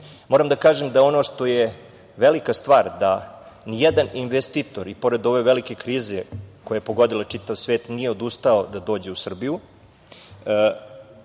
evra. Moram da kažem da ono što je velika stvar da ni jedan investitor i pored ove velike krize koja je pogodila čitav svet, nije odustao da dođe u Srbiju.